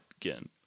again